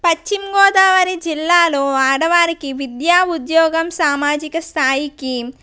పశ్చిమగోదావరి జిల్లాలో ఆడవారికి విద్యా ఉద్యోగం సామాజిక స్థాయికి